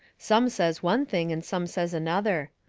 some says one thing and some says another.